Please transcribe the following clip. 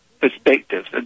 perspectives